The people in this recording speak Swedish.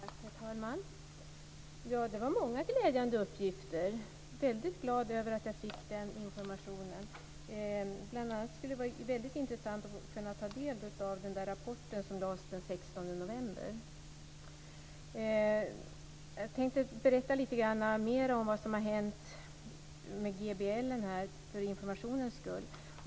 Herr talman! Det var många glädjande uppgifter. Jag är väldigt glad över att jag fick den informationen. Bl.a. skulle det vara väldigt intressant att ta del av den rapport som lades fram den 16 november. Jag tänker för informationens skull berätta lite mer om vad som har hänt med GBL.